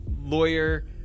lawyer